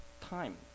time